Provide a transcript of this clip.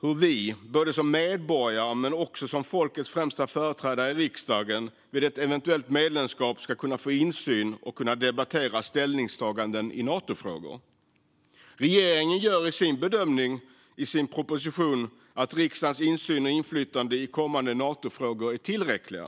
hur vi, både som medborgare och som folkets främsta företrädare i riksdagen, vid ett eventuellt medlemskap ska kunna få insyn och kunna debattera ställningstaganden i Natofrågor. Regeringen gör i sin proposition bedömningen att riksdagens insyn och inflytande i kommande Natofrågor är tillräcklig.